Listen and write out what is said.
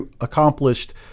accomplished